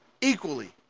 equally